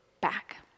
back